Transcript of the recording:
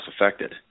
affected